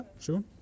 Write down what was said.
sure